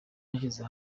hashize